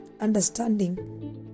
understanding